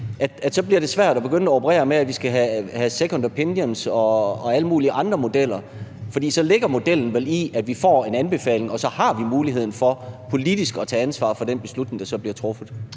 det, så bliver det svært at begynde at operere med, at vi skal have second opinions og alle mulige andre modeller, for så ligger modellen vel i, at vi får en anbefaling, og at vi har muligheden for politisk at tage ansvar for den beslutning, der så bliver truffet?